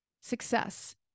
success